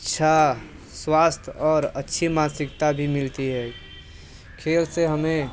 अच्छा स्वास्थ्य और अच्छी मानसिकता भी मिलती है खेल से हमें